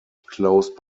closed